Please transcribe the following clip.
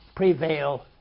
prevail